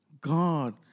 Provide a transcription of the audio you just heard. God